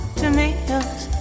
tomatoes